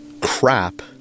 crap